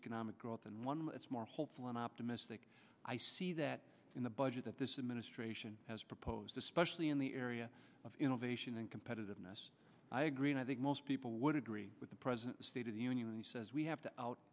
economic growth and one more hopeful and optimistic i see that in the budget that this administration has proposed especially in the area of innovation and competitiveness i agree and i think most people would agree with the president's state of the union he says we have to out